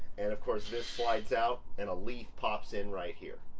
and of course this slides out and a leaf pops in right here,